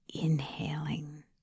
inhaling